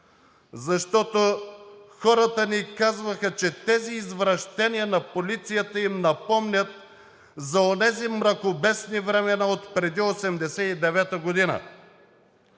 защото хората ни казваха, че тези извращения на полицията им напомнят за онези мракобесни времена отпреди 1989 г.